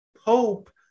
hope